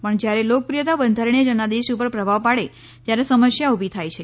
પણ જયારે લોકપ્રિયતા બંધારણીય જનાદેશ ઉપર પ્રભાવ પાડે ત્યારે સમસ્યા ઉભી થાય છે